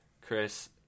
Chris